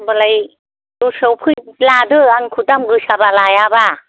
होनबालाय दस्रायाव लादो आंनिखौ दाम गोसाबा लायाबा